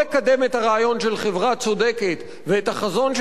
של חברה צודקת ואת החזון של חברה צודקת,